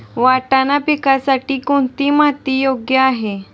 वाटाणा पिकासाठी कोणती माती योग्य आहे?